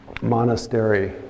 monastery